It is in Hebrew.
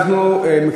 ועדת הפנים.